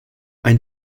ein